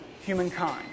humankind